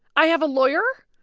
i have a lawyer.